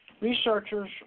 Researchers